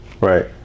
Right